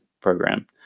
program